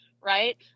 Right